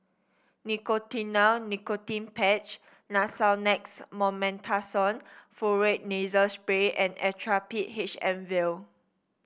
Nicotinell Nicotine Patch Nasonex Mometasone Furoate Nasal Spray and Actrapid H M vial